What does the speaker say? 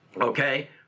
Okay